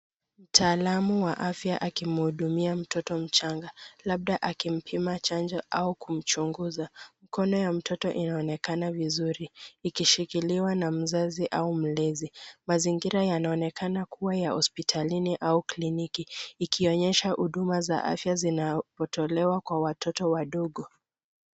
Mtaalam wa afya akimhudumia mtoto mchanga labda akimpima chanjo au kumchuguza. Mkono ya mtoto inaonekan vizuri ikishikiliwa na mavazi au mlezi. Mazingira yanaonekana kuwa ya hospitalini au kliniki ikionyesha huduma za afya zinazotolewa kwa watoto wadogo.